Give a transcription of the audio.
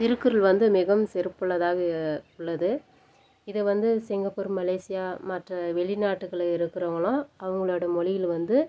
திருக்குறள் வந்து மிகவும் சிறப்புள்ளதாக உள்ளது இதை வந்து சிங்கப்பூர் மலேசியா மற்ற வெளிநாட்டுகளில் இருக்கிறவங்கள்லாம் அவங்களோட மொழியில் வந்து